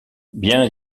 bien